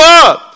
up